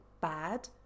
bad